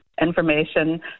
information